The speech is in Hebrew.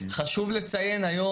חשוב לציין היום,